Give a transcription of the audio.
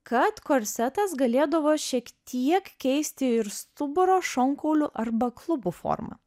kad korsetas galėdavo šiek tiek keisti ir stuburo šonkaulių arba klubų formą